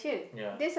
yeah